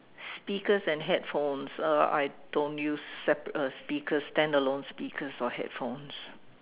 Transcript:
speakers and headphones uh I don't use sap~ speakers standalone speakers or headphones